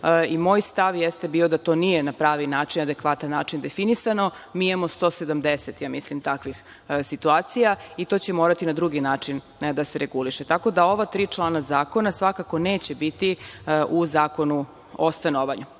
i moj stav jeste bio da to nije na pravi način, adekvatan način definisano. Mi imamo 170 takvih situacija i to će morati na drugi način da se reguliše. Tako da ova tri člana zakona svakako neće biti u Zakonu o stanovanju. Kada